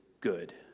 good